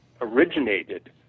originated